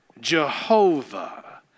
Jehovah